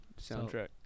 soundtrack